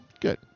Good